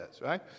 right